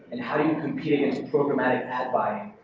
and how do you compete against programmatic ad-buying,